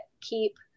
keep